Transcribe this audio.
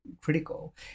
critical